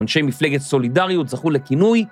אנשי מפלגת סולידריות, זכו לכינוי.